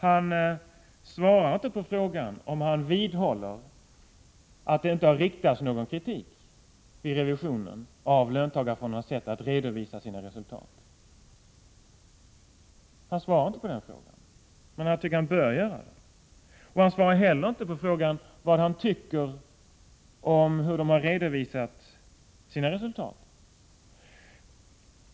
Han svarar inte på frågan om han vidhåller att det inte har riktats någon kritik vid revisionen mot löntagarfondernas sätt att redovisa sina resultat. Han svarar inte på den frågan, men jag tycker att han bör göra det. Han svarar heller inte på frågan om vad han tycker om deras sätt att redovisa sina resultat.